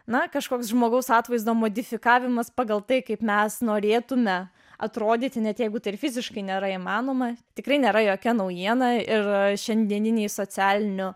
na kažkoks žmogaus atvaizdo modifikavimas pagal tai kaip mes norėtumėme atrodyti net jeigu tik fiziškai nėra įmanoma tikrai nėra jokia naujiena ir šiandieninėje socialinių